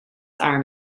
arm